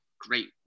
great